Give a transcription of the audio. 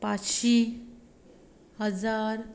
पांचशीं हजार